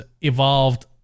evolved